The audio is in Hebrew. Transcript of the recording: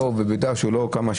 ובתנאי כמה?